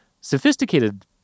sophisticated